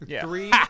Three